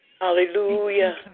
Hallelujah